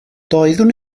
doeddwn